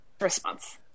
response